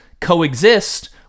coexist